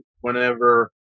whenever